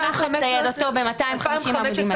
אני אשמח לצייד אותו ב-250 העמודים האלה.